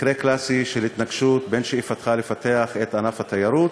מקרה קלאסי של התנגשות בין שאיפתך לפתח את ענף התיירות